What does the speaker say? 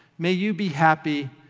may you be happy,